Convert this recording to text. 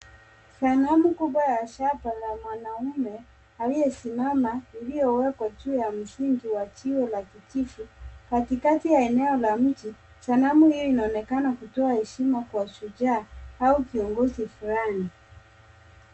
Sanamu kubwa ya shaba la mwanaume, aliyesimama, iliyowekwa juu ya msingi wa jiwe la kijivu, katikati ya eneo la mji. Sanamu hiyo inaonekana kutoa heshima kwa shujaa au viongozi fulani.